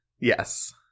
Yes